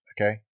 Okay